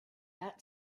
that